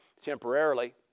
temporarily